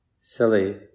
silly